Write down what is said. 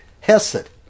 hesed